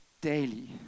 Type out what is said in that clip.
daily